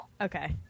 Okay